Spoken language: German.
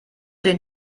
den